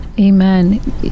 amen